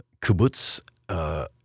kibbutz